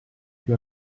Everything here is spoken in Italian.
più